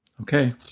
Okay